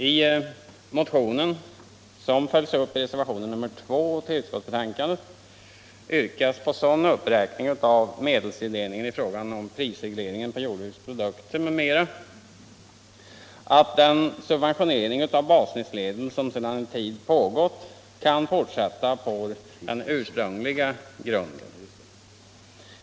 I motionen, som följs upp med reservationen 2 till utskottsbetänkandet, yrkas på en sådan uppräkning av medelstilldelningen i fråga om prisregleringen på jordbrukets produkter m.m. att den subventionering av baslivsmedel som sedan en tid pågått kan fortsätta på den ursprungliga grunden.